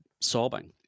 sobbing